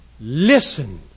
listen